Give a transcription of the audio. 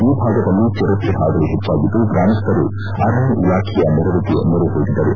ಈ ಭಾಗದಲ್ಲಿ ಚಿರತೆ ಹಾವಳಿ ಹೆಚ್ಚಾಗಿದ್ದು ಗ್ರಾಮಸ್ಥರು ಅರಣ್ಯ ಇಲಾಖೆಯ ನೆರವಿಗೆ ಮೊರೆ ಹೋಗಿದ್ದರು